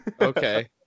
Okay